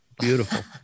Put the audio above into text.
Beautiful